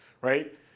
right